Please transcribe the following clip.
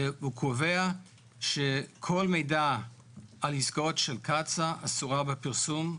והוא קובע שכל מידע על עסקאות של קצא"א אסור בפרסום.